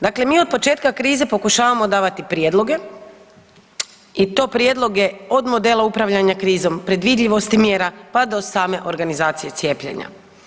Dakle, mi otpočetka krize pokušavamo davati prijedloge i to prijedloge od modela upravljanja krizom, predvidljivosti mjera, pa do same organizacije cijepljenja.